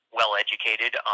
well-educated